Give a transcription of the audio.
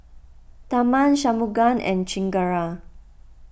Tharman Shunmugam and Chengara